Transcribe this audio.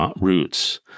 roots